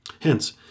Hence